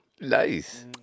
Nice